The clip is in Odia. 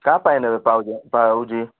କାହା ପାଇଁ ନେବେ ପାଉଁଜି ପାଉଁଜି